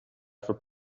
for